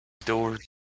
doors